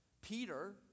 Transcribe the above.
Peter